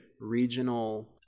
regional